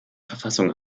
verfassung